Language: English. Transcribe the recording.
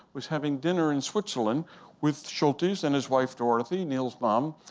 was having dinner in switzerland with schultes and his wife dorothy, neil's mom.